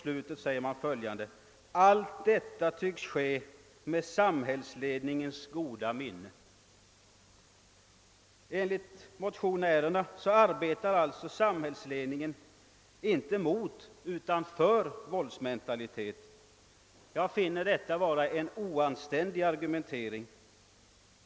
Vidare säger man: »Allt detta tycks ske med samhällsledningens goda minne.» Enligt motionärerna arbetar samhällsledningen inte mot utan för våldsmentalitet. Jag finner detta vara en oanständig argumentering.